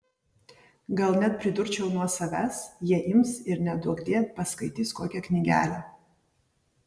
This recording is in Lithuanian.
gal net pridurčiau nuo savęs jie ims ir neduokdie paskaitys kokią knygelę